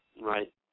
Right